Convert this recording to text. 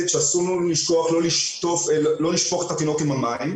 שאסור לנו לשכוח לא לשפוך את התינוק עם המים.